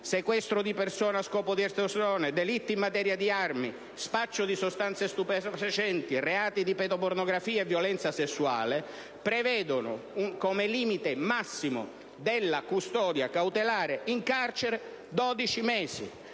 sequestro di persona a scopo di estorsione, delitti in materia di armi, spaccio di sostanze stupefacenti, reati di pedopornografia e violenza sessuale) prevedono un limite massimo della custodia cautelare in carcere di